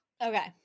Okay